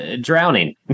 Drowning